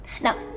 Now